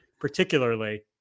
particularly